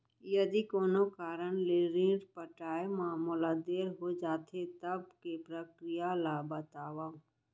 यदि कोनो कारन ले ऋण पटाय मा मोला देर हो जाथे, तब के प्रक्रिया ला बतावव